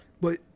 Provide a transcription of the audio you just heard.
But-